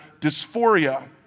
dysphoria